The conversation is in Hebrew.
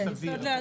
"יסוד סביר".